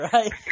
Right